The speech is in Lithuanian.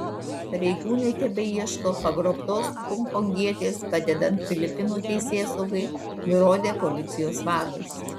pareigūnai tebeieško pagrobtos honkongietės padedant filipinų teisėsaugai nurodė policijos vadas